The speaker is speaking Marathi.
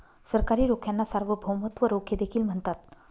सरकारी रोख्यांना सार्वभौमत्व रोखे देखील म्हणतात